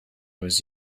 was